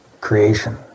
Creation